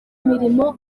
mirimo